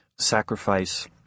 sacrifice